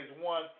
one